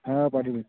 হ্যাঁ পাঠিয়ে দিন